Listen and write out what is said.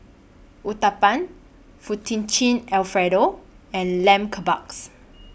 Uthapam Fettuccine Alfredo and Lamb Kebabs